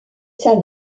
saint